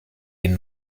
den